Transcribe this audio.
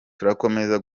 turakomeza